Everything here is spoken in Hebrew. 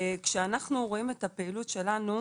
כשאנחנו רואים את הפעילות שלנו